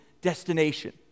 destination